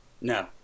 No